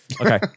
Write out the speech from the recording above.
Okay